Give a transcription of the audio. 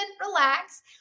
relax